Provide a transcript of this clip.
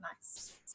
nice